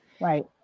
Right